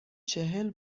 چهل